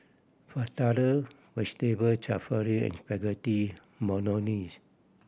Fritada Vegetable Jalfrezi and Spaghetti Bolognese